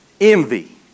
Envy